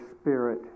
spirit